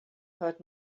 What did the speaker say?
heard